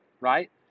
right